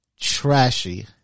trashy